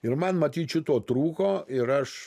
ir man matyt šito trūko ir aš